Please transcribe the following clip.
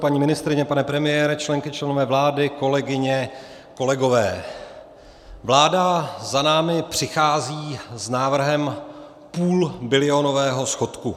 Paní ministryně, pane premiére, členky, členové vlády, kolegyně, kolegové, vláda za námi přichází s návrhem půlbilionového schodku.